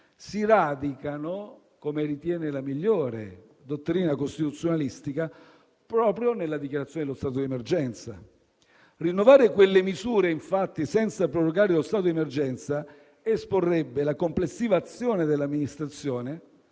si radicano, come ritiene la migliore dottrina costituzionalistica, proprio nella dichiarazione dello stato di emergenza. Rinnovare quelle misure, infatti, senza prorogare lo stato di emergenza, esporrebbe la complessiva azione dell'amministrazione